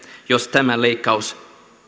jos tämä leikkaus